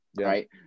Right